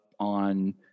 on